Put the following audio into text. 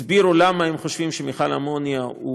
הם הסבירו למה הם חושבים שמכל האמוניה הוא